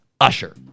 Usher